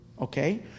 Okay